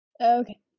Okay